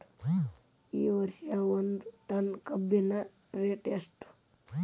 ಈ ವರ್ಷ ಒಂದ್ ಟನ್ ಕಬ್ಬಿನ ರೇಟ್ ಎಷ್ಟು?